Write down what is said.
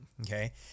Okay